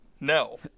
no